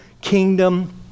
kingdom